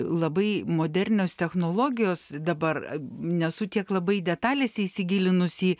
labai modernios technologijos dabar nesu tiek labai detalėse įsigilinus į